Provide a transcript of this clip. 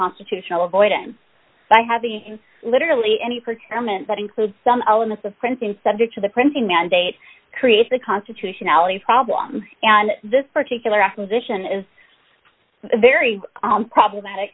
constitutional boyden by having literally any particular moment that includes some elements of printing subject to the printing mandate creates the constitutionality problem and this particular acquisition is very problematic